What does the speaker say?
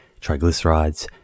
triglycerides